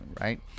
right